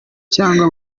cyangwa